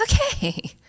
okay